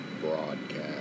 broadcast